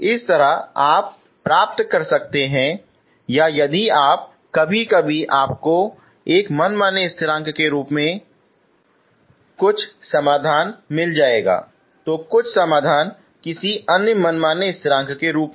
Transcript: इस तरह आप प्राप्त कर सकते हैं या यदि आप कभी कभी आपको एक मनमाने स्थिरांक के रूप में कुछ समाधान प्राप्त कर सकते हैं तो कुछ समाधान किसी अन्य मनमाना स्थिरांक के रूप में